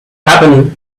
happened